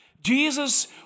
Jesus